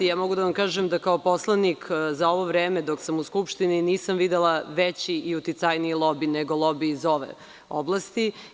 Mogu da vam kažem da kao poslanik za ovo vreme dok sam u Skupštini nisam videla veći i uticajniji lobi nego lobi iz ove oblasti.